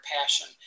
passion